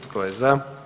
Tko je za?